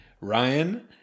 Ryan